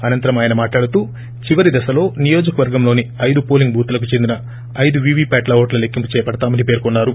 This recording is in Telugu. అనంతరం ఆయన మాట్లాడుతూ చివరి దశలో నియోజకవర్గంలోని ఐదు పోలింగ్ బూత్లకు చెందిన ఐదు వీవీ ప్యాట్ల ఓట్ల లెక్కింపు చేపడతామని పేర్కొన్నారు